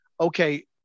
okay